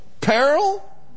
Peril